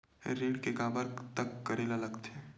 ऋण के काबर तक करेला लगथे?